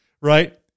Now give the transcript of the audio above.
right